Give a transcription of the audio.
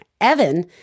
Evan